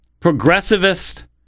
progressivist